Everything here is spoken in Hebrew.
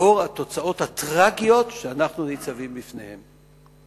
לאור התוצאות הטרגיות שאנחנו ניצבים בפניהן.